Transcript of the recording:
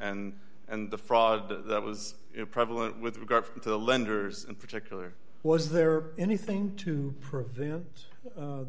and and the fraud that was prevalent with regard to the lenders in particular was there anything to prevent